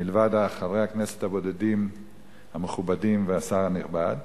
מלבד חברי הכנסת הבודדים המכובדים והשר הנכבד,